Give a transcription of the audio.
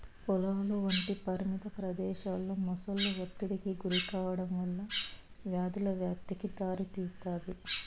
పొలాలు వంటి పరిమిత ప్రదేశాలలో మొసళ్ళు ఒత్తిడికి గురికావడం వల్ల వ్యాధుల వ్యాప్తికి దారితీస్తాది